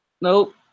Nope